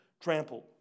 trampled